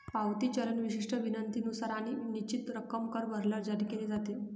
पावती चलन विशिष्ट विनंतीनुसार आणि निश्चित रक्कम कर भरल्यावर जारी केले जाते